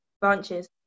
branches